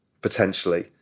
potentially